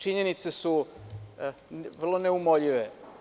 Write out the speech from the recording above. Činjenice su vrlo neumoljive.